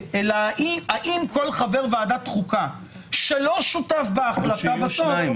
אלא האם כל חבר ועדת חוקה שלא שותף בהחלטה --- או שיהיו שניים.